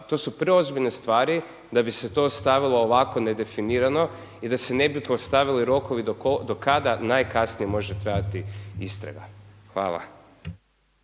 to su preozbiljne stvari da bi se to ostavilo ovako nedefinirano i da se ne bi postavili rokovi do kada najkasnije može trajati istraga. Hvala.